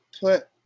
put